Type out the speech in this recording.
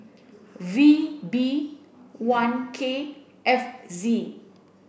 V B one K F Z